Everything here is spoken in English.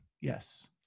Yes